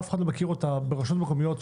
אף אחד לא מכיר אותה ברשויות המקומיות,